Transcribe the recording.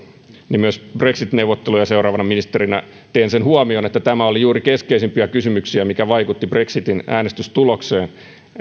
niin myös brexit neuvotteluja seuraavana ministerinä tein sen huomion että tämä oli juuri keskeisimpiä kysymyksiä mikä vaikutti brexitin äänestystulokseen että